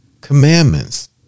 commandments